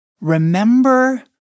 remember